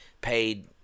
paid